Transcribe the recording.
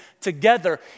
together